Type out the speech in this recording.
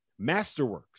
Masterworks